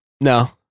No